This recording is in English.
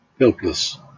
helpless